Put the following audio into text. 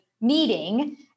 meeting